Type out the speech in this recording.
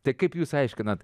tai kaip jūs aiškinat